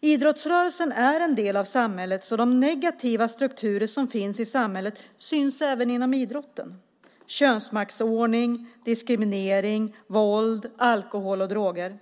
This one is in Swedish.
Idrottsrörelsen är en del av samhället, så de negativa strukturer som finns i samhället syns även inom idrotten: könsmaktsordning, diskriminering, våld, alkohol och droger.